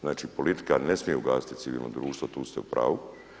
Znači, politika ne smije ugasiti civilno društvo, tu ste u pravu.